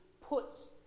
puts